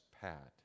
Pat